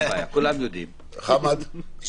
חמד, בבקשה.